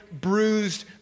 bruised